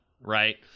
right